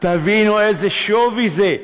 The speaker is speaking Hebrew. תבינו איזה שווי זה,